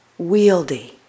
wieldy